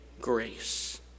grace